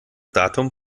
datum